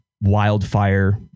wildfire